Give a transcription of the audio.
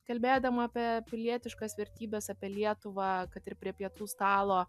kalbėdama apie pilietiškas vertybes apie lietuvą kad ir prie pietų stalo